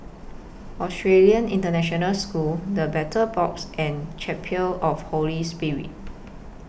Australian International School The Battle Box and Chapel of Holy Spirit